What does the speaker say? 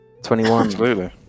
21